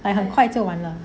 哎很快就完了